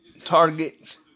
target